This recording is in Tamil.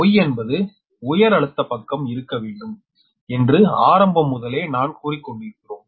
Y என்பது உயர் அழுத்த பக்கம் இருக்க வேண்டும் என்று ஆரம்பம் முதலே நாம் கூறிக்கொண்டிருக்கிறோம்